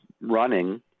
running